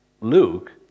Luke